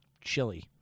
chili